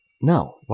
No